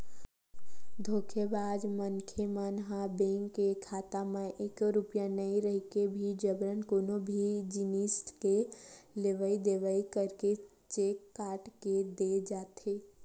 धोखेबाज मनखे मन ह बेंक के खाता म एको रूपिया नइ रहिके भी जबरन कोनो भी जिनिस के लेवई देवई करके चेक काट के दे जाथे